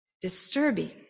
disturbing